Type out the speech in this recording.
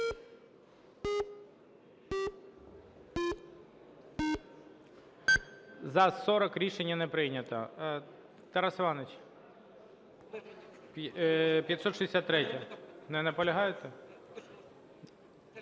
За-40 Рішення не прийнято. Тарас Іванович, 563-я, не наполягаєте.